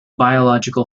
biological